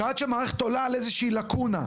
שעד שהמערכת עולה על איזה שהיא לקונה.